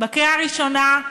בקריאה הראשונה,